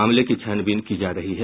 मामले की छानबीन की जा रही है